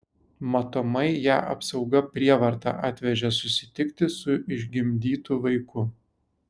matomai ją apsauga prievarta atvežė susitikti su išgimdytu vaiku